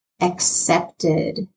accepted